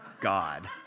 God